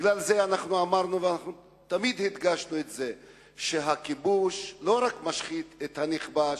בגלל זה הדגשנו שהכיבוש לא רק משחית את הנכבש,